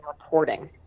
reporting